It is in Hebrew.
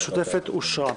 הוועדה המשותפת אושרה.